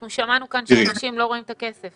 שמענו כאן שאנשים לא רואים את הכסף.